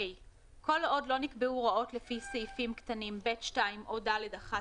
(ה)כל עוד לא נקבעו הוראות לפי סעיפים קטנים (ב)(2) או (ד)(1),